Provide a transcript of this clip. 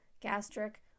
gastric